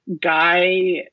guy